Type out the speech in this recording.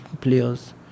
players